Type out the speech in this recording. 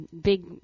big